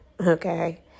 okay